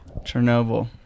Chernobyl